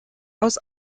aus